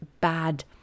bad